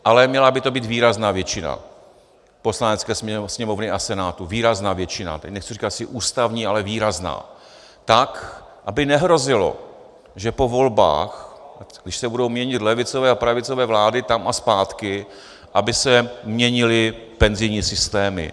Ale měla by to být výrazná většina Poslanecké sněmovny a Senátu, výrazná většina, a teď nechci říkat, jestli ústavní, ale výrazná, tak aby nehrozilo, že po volbách, když se budou měnit levicové a pravicové vlády tam a zpátky, aby se měnily penzijní systémy.